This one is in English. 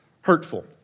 hurtful